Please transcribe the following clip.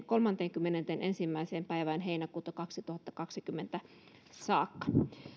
kolmanteenkymmenenteenensimmäiseen päivään heinäkuuta kaksituhattakaksikymmentä saakka